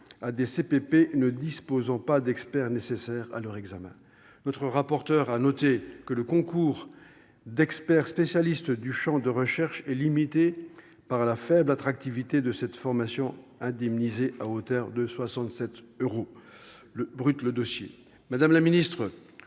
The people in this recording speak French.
à des CPP ne disposant pas d'experts nécessaires à leur examen. Notre rapporteur a noté que le concours d'experts spécialistes du champ de recherche est limité par la faible attractivité de cette fonction, indemnisée à hauteur de 67 euros